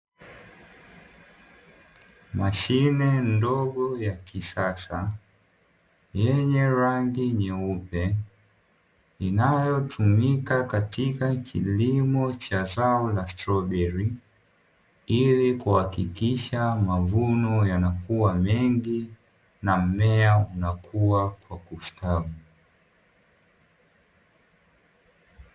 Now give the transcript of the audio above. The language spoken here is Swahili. Mashine ndogo ya kisasa, yenye rangi nyeupe, inayotumika katika kilimo cha zao la stroberi, ili kuhakikisha mavuno yanakuwa mengi na mmea unakua kwa kustawi.